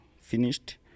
finished